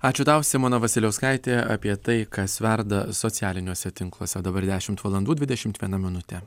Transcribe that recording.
ačiū tau simona vasiliauskaitė apie tai kas verda socialiniuose tinkluose dabar dešimt valandų dvidešimt viena minutė